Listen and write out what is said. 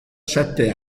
sette